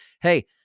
Hey